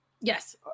Yes